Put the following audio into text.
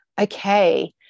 okay